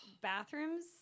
bathrooms